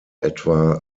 etwa